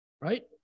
right